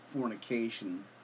fornication